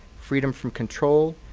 freedom from control,